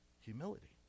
Humility